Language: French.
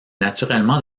naturellement